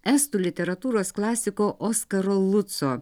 estų literatūros klasiko oskaro lutso